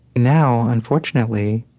now unfortunately